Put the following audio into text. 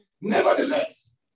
Nevertheless